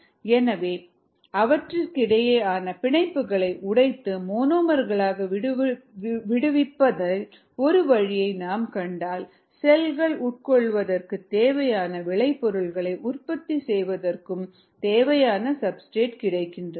எனவே அவற்றுக்கிடையேயான பிணைப்புகளை உடைத்து மோனோமர்களை விடுவிப்பதற்கான ஒரு வழியை நாம் கண்டால் செல்கள் உட்கொள்வதற்கும் தேவையான விளைபொருட்களை உற்பத்தி செய்வதற்கும் தேவையான சப்ஸ்டிரேட் கிடைக்கின்றன